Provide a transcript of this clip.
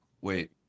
Wait